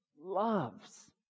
loves